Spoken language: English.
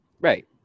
Right